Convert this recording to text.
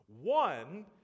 One